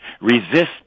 resist